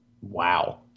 wow